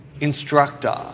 instructor